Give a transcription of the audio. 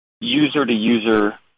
user-to-user